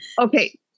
Okay